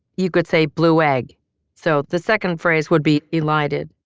you could say blue egg so the second phrase would be elided